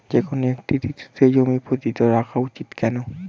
যেকোনো একটি ঋতুতে জমি পতিত রাখা উচিৎ কেন?